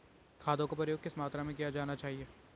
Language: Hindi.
खादों का प्रयोग किस मात्रा में किया जाना चाहिए?